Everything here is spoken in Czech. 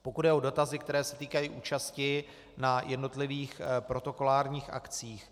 Pokud jde o dotazy, které se týkají účasti na jednotlivých protokolárních akcích.